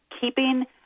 keeping